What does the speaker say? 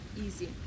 easy